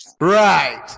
Right